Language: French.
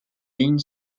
ligne